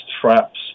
traps